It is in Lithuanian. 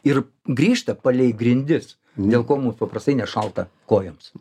ir grįžta palei grindis dėl ko mums paprastai nešalta kojoms